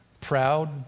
Proud